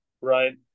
Right